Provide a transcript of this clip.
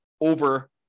over